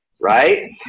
right